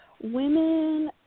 Women